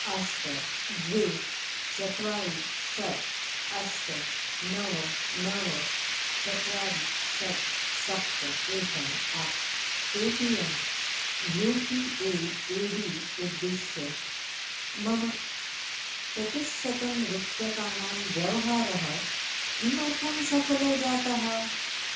अष्ट द्वे चत्वारि षट् अष्ट नव नव चत्वारि षट् सप्त एकम् at Paytm U P I I D उद्दिश्य मम चतुश्शतं रूप्यकाणां व्यवहारः किमर्थं सफलो जातः